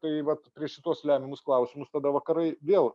tai vat prieš šituos lemiamus klausimus tada vakarai vėl